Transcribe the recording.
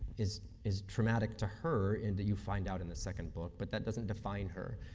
is is traumatic to her, and that you find out in a second book. but that doesn't define her,